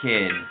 Kid